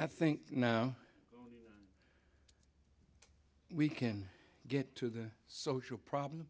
i think now we can get to the social problem